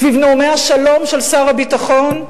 סביב נאומי השלום של שר הביטחון,